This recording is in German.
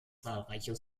zahlreiche